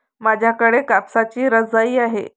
माझ्याकडे कापसाची रजाई आहे